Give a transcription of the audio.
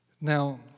Now